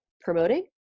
promoting